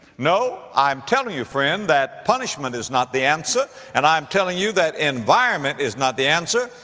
no, i'm telling you friend that punishment is not the answer. and i'm telling you that environment is not the answer.